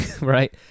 right